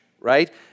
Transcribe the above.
right